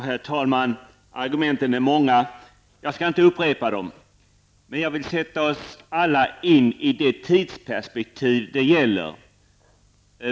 Herr talman! Argumenten är många. Jag skall inte upprepa dem, men jag vill sätta oss alla in i det tidsperspektiv som gäller.